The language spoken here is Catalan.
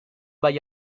veí